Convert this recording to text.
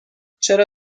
چرا